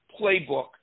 playbook